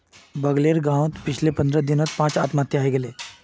बगलेर गांउत पिछले पंद्रह दिनत पांच आत्महत्या हइ गेले